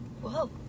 Whoa